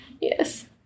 yes